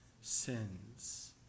sins